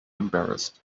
embarrassed